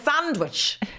sandwich